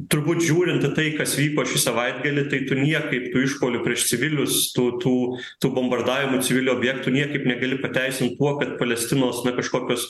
turbūt žiūrint į tai kas vyko šį savaitgalį tai tu niekaip tų išpuolių prieš civilius tų tų tų bombardavimų civilių objektų niekaip negali pateisint tuo kad palestinos na kažkokios